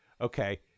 okay